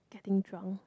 getting drunk